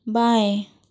बाएँ